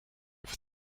have